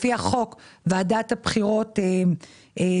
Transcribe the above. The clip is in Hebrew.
לפי החוק ועדת הבחירות מסיעה